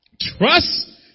Trust